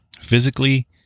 Physically